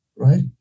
right